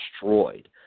destroyed